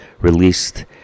released